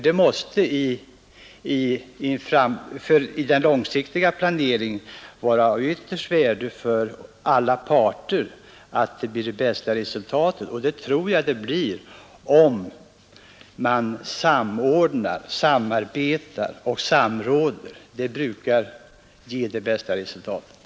Det måste i den långsiktiga planeringen vara av ytterst stort värde för alla parter att det blir ett gott resultat. Samordning, samarbete och samråd brukar ge det bästa resultatet.